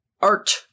art